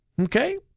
Okay